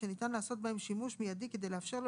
שניתן לעשות בהם שימוש מידי כדי לאפשר לו